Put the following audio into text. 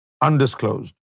undisclosed